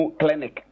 clinic